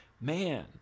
man